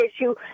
issue